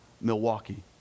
Milwaukee